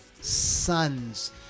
sons